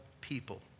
people